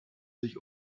sich